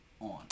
on